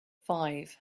five